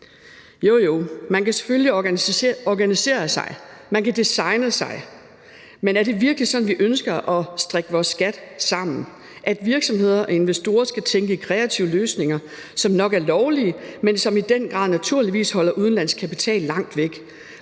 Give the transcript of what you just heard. Man kan selvfølgelig organisere og designe sig ud af det, men er det virkelig sådan, vi ønsker at strikke vores skat sammen, altså sådan, at virksomheder og investorer skal tænke i kreative løsninger, som nok er lovlige, men som i den grad naturligvis holder udenlandsk kapital langt væk?